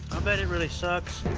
bet it really sucks.